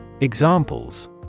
examples